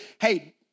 hey